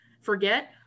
forget